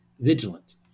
vigilant